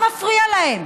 מה מפריע להם